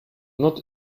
not